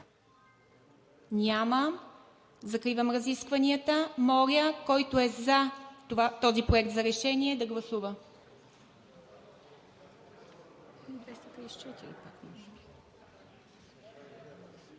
Няма. Закривам разискванията. Моля, който е за този проект за решение, да гласува.